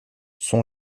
son